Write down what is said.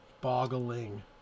Boggling